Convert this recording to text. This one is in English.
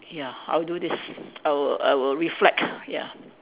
ya I'll do this I will I will reflect ya